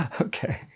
Okay